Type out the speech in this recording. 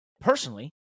Personally